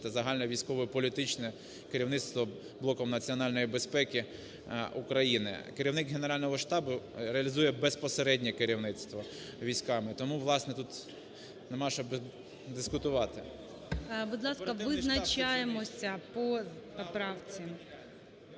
та загальновійськове політичне керівництво блоком Національної безпеки України. Керівник Генерального штабу реалізує безпосереднє керівництво військами, тому власне тут нема що дискутувати. ГОЛОВУЮЧИЙ. Будь ласка, визначаємося по поправці.